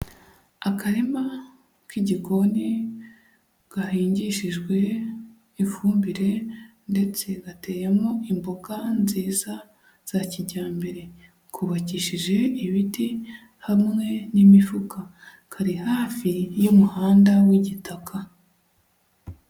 Akarima k'igikoni gahingishijwe ifumbire ndetse gateyemo imboga nziza za kijyambere, kubakishije ibiti hamwe n'imifuka, kari hafi y'umuhanda w'igitaka.